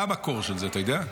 מה המקור של זה, אתה יודע?